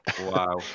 Wow